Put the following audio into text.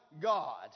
God